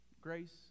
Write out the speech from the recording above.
grace